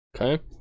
Okay